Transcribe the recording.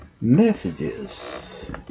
messages